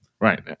right